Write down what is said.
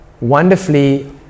wonderfully